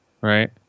right